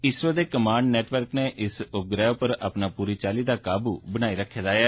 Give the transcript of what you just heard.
इसरो दे command network नै इस उपग्रह उप्पर अपना पूरी चाल्ली काबू बनाई रक्खे दा ऐ